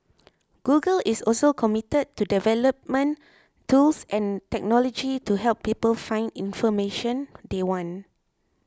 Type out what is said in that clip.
Google is also committed to development tools and technology to help people find information they want